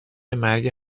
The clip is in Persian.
مرگ